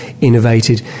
innovated